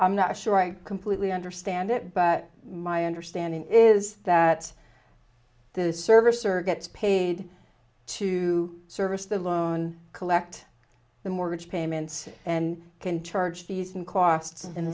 i'm not sure i completely understand it but my understanding is that there is service or gets paid to service the loan collect the mortgage payments and can charge fees and costs